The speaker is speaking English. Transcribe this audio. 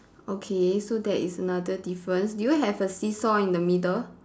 okay so that is another difference do you have a seesaw in the middle